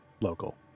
local